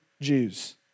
Jews